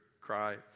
cry